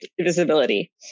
visibility